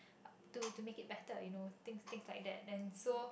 to to make it better you know things things like that so